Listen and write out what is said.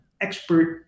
expert